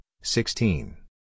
sixteen